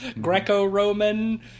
Greco-Roman